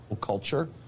culture